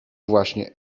właśnie